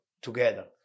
together